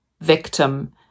victim